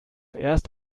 erst